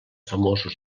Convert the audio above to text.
famosos